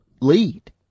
lead